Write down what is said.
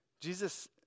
Jesus